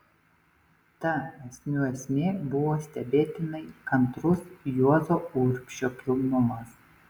ta esmių esmė buvo stebėtinai kantrus juozo urbšio kilnumas